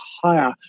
higher